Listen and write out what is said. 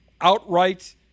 outright